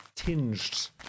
Tinged